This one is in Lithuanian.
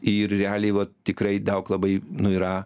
ir realiai va tikrai daug labai nu yra